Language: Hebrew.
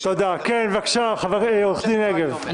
בבקשה, עורך דין נגב.